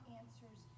answers